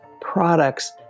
products